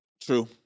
True